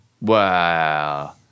wow